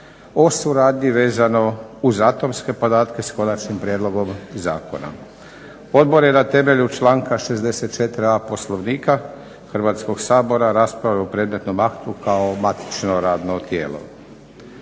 suradnji vezano uz atomske podatke s konačnim prijedlogom zakona. Odbor je na temelju članka 64.a Poslovnika Hrvatskog sabora raspravio u predmetnom aktu kao matično radno tijelo.